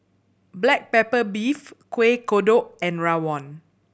black pepper beef Kueh Kodok and rawon